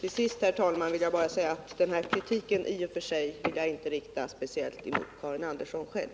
Till sist, herr talman, vill jag säga att den här kritiken i och för sig inte riktar sig speciellt mot Karin Andersson själv.